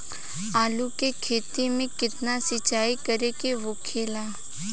आलू के खेती में केतना सिंचाई करे के होखेला?